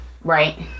Right